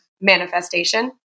manifestation